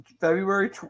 February